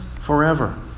forever